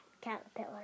caterpillar